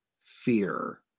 fear